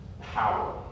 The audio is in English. power